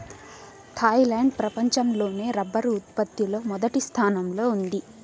Thailand ప్రపంచం లోనే rubber ఉత్పత్తి లో మొదటి స్థానంలో ఉంది